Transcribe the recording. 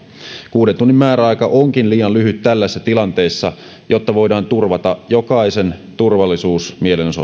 kuuden tunnin määräaika onkin liian lyhyt tällaisessa tilanteessa jotta voidaan turvata jokaisen turvallisuus osoittaa mieltään